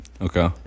Okay